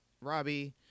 Robbie